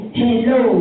hello